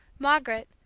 margaret,